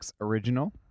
original